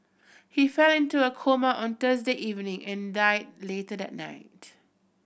he fell into a coma on Thursday evening and died later that night